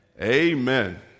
Amen